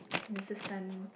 Misses Tan